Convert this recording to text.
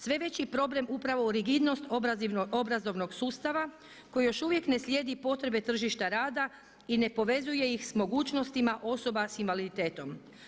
Sve veći problem upravo u rigidnost obrazovanog sustava koji još uvijek ne slijedi potrebe tržišta rada i ne povezuje ih s mogućnostima osoba s invaliditetom.